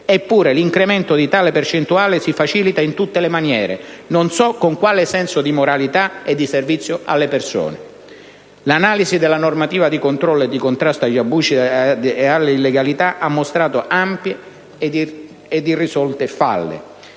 eppure l'incremento di tale percentuale si facilita in tutte le maniere, non so con quale senso di moralità e di servizio alle persone». L'analisi della normativa di controllo e di contrasto agli abusi ed alle illegalità ha mostrato ampie ed irrisolte falle.